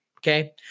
Okay